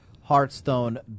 Hearthstone